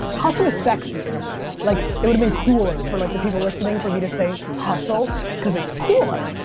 hustle's sexier. yeah like, it would've been cooler for like, the people listening for me to say hustle cause it's cooler.